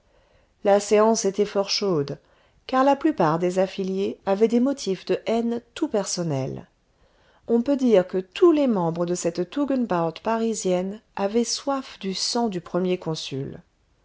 la séance était fort chaude car la plupart des affiliés avaient des motifs de haine tout personnels on peut dire que tous les membres de cette tugenbaud parisienne avaient soif du sang du premier consul